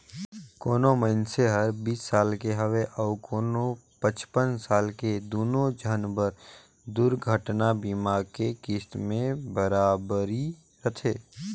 कोनो मइनसे हर बीस साल के हवे अऊ कोनो पचपन साल के दुनो झन बर दुरघटना बीमा के किस्त में बराबरी रथें